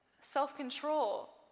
Self-control